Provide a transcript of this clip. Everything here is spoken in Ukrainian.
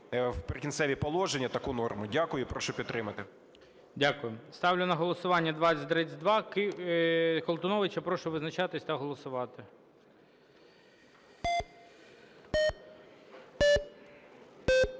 в "Прикінцеві положення" таку норму. Дякую і прошу підтримати. ГОЛОВУЮЧИЙ. Дякую. Ставлю на голосування 2032 Колтуновича. Прошу визначатись та голосувати.